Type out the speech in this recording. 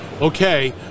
okay